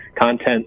content